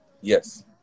Yes